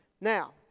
Now